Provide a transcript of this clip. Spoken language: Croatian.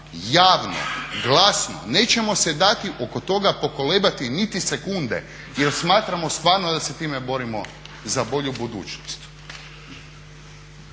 javno, glasno. Nećemo se dati oko toga pokolebati niti sekunde jer smatramo stvarno da se time borimo za bolju budućnost.